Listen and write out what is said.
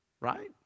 Right